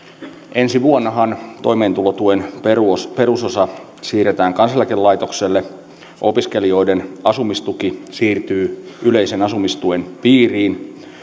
ensi vuonnahan toimeentulotuen perusosa perusosa siirretään kansaneläkelaitokselle opiskelijoiden asumistuki siirtyy yleisen asumistuen piiriin